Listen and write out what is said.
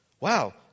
Wow